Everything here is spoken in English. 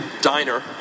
diner